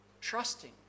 Trusting